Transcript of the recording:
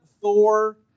Thor